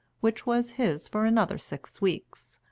which was his for another six weeks,